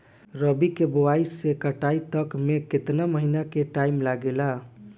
रबी के बोआइ से कटाई तक मे केतना महिना के टाइम लागेला?